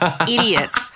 idiots